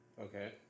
Okay